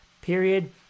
period